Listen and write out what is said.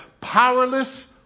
powerless